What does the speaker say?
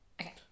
Okay